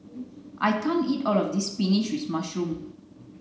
I can't eat all of this spinach with mushroom